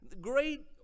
great